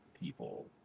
people